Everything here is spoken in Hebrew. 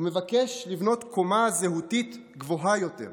הוא מבקש לבנות קומה זהותית גבוהה יותר.